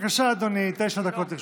בבקשה, אדוני, תשע דקות לרשותך.